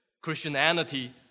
Christianity